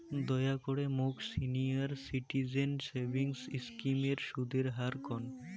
দয়া করে মোক সিনিয়র সিটিজেন সেভিংস স্কিমের সুদের হার কন